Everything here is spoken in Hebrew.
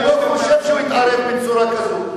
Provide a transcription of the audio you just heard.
אני לא חושב שהוא התערב בצורה כזאת.